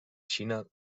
xina